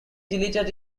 deleted